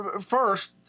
first